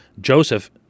Joseph